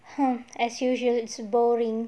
hmm as usual it's boring